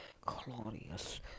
Claudius